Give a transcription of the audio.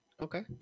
Okay